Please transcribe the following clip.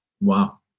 wow